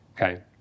Okay